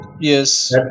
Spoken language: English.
Yes